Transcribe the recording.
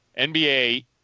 NBA